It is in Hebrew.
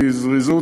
בזריזות,